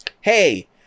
Hey